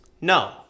No